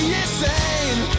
insane